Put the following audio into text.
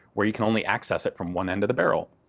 where you can only access it from one end of the barrel.